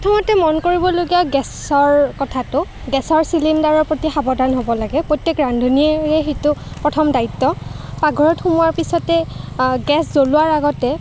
প্ৰথমতে মন কৰিবলগীয়া গেছৰ কথাটো গেছৰ চিলিণ্ডাৰৰ প্ৰতি সাৱধান হ'ব লাগে প্ৰত্যেক ৰান্ধনীৰে সেইটো প্ৰথম দায়িত্ব পাকঘৰত সোমাৱাৰ পাছতে গেছ জ্বলোৱাৰ আগতে